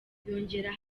yongeraho